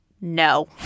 No